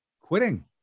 quitting